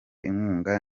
inkunga